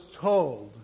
told